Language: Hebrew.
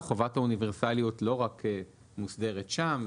חובת האוניברסליות לא רק מוסדרת שם,